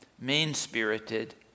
mean-spirited